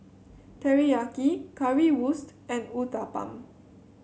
Teriyaki Currywurst and Uthapam